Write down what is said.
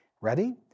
Ready